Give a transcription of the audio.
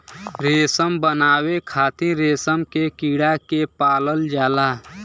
रेशम बनावे खातिर रेशम के कीड़ा के पालल जाला